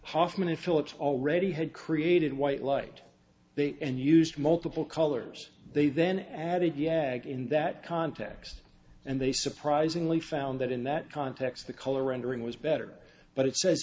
hoffman and phillips already had created white light and used multiple colors they then added jaeger in that context and they surprisingly found that in that context the color rendering was better but it sa